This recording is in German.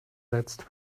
letzt